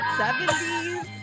70s